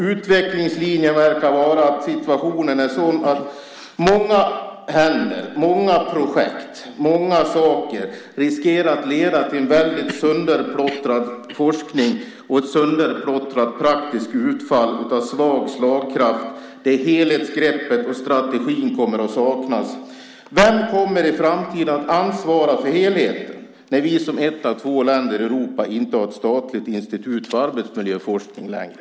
Utvecklingslinjen verkar vara att situationen är sådan att det finns risk för att många händer och många projekt leder till en sönderplottrad forskning och ett sönderplottrat praktiskt utfall av svag slagkraft där helhetsgreppet och strategin kommer att saknas. Vem kommer i framtiden att ansvara för helheten när vi som ett av två länder i Europa inte har ett statligt institut för arbetsmiljöforskning längre?